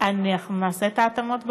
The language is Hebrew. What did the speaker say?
נעשה את ההתאמות בוועדה.